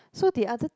so the other